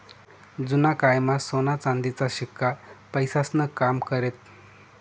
जुना कायमा सोना चांदीचा शिक्का पैसास्नं काम करेत